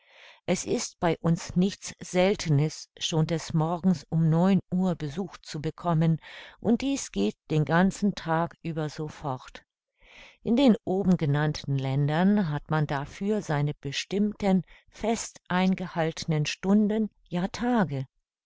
es ist bei uns nichts seltenes schon des morgens um neun uhr besuch zu bekommen und dies geht den ganzen tag über so fort in den oben genannten ländern hat man dafür seine bestimmten festeingehaltnen stunden ja tage